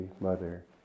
Mother